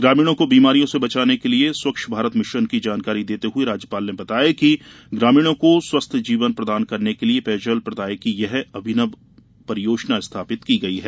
ग्रामीणों को बीमारियों से बचाने के लिये स्वच्छ भारत मिशन की जानकारी देते हुए राज्यपाल ने बताया कि ग्रामीणों को स्वस्थ जीवन प्रदान करने के लिये पेयजल प्रदाय की यह अभिनव परियोजना स्थापित की गई है